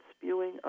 spewing